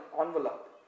envelope